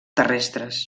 terrestres